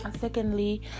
secondly